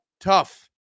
Tough